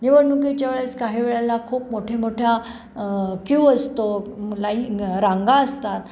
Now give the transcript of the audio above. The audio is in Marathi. निवडणुकीच्या वेळेस काही वेळेला खूप मोठे मोठ्या क्यू असतो लाई रांगा असतात